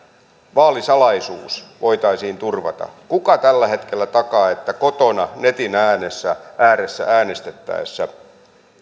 vaalisalaisuus voitaisiin turvata kuka tällä hetkellä takaa että kotona netin ääressä ääressä äänestettäessä